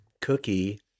cookie